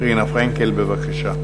רינה פרנקל, בבקשה.